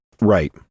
Right